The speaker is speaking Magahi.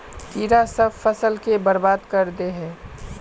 कीड़ा सब फ़सल के बर्बाद कर दे है?